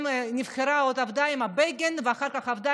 שנבחרה ועוד עבדה עם בגין ואחר כך עבדה